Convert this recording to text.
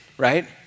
right